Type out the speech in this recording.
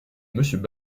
monsieur